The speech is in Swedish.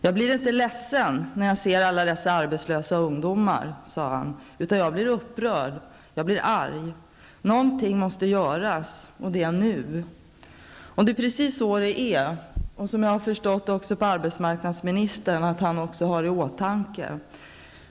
Jag blir inte ledsen när jag ser alla dessa arbetslösa ungdomar, sade han, utan jag blir arg och upprörd. Någonting måste göras, och det nu. Det är precis så det är. Enligt vad jag har förstått har arbetsmarknadsministern också detta i åtanke.